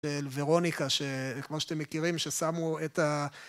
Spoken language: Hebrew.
ורוניקה שכמו שאתם מכירים ששמו את